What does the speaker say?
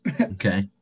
Okay